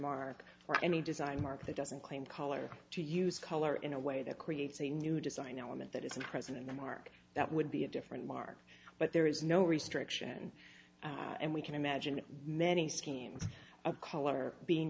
mark or any design mark that doesn't claim color to use color in a way that creates a new design element that is not present in the mark that would be a different mark but there is no restriction and we can imagine many schemes of color being